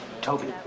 Toby